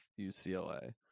UCLA